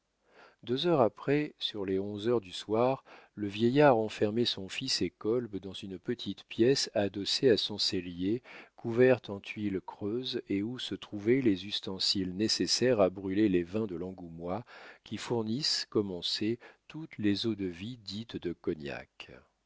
deux heures après sur les onze heures du soir le vieillard enfermait son fils et kolb dans une petite pièce adossée à son cellier couverte en tuiles creuses et où se trouvaient les ustensiles nécessaires à brûler les vins de l'angoumois qui fournissent comme on sait toutes les eaux de vie dites de cognac